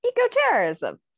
Eco-terrorism